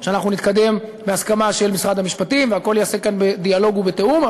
שאנחנו נתקדם בהסכמה של משרד המשפטים והכול ייעשה כאן בדיאלוג ובתיאום.